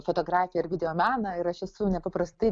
fotografiją ir videomeną ir aš esu nepaprastai